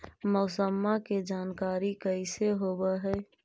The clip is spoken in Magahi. मौसमा के जानकारी कैसे होब है?